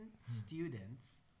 students